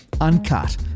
uncut